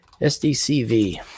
SDCV